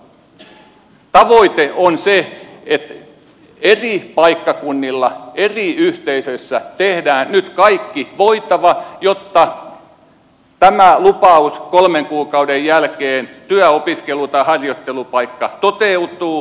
mutta tavoite on se että eri paikkakunnilla eri yhteisöissä tehdään nyt kaikki voitava jotta tämä lupaus kolmen kuukauden jälkeen työ opiskelu tai harjoittelupaikka toteutuu